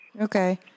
Okay